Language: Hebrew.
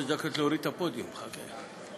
חמש דקות להוריד את הפודיום, חכה.